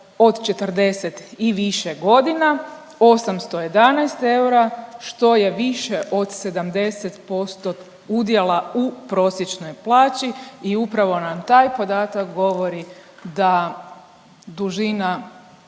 od 40 i više godina 811 eura, što je više od 70% udjela u prosječnoj plaći i upravo nam taj podatak govori da dužina